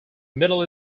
middle